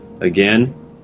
again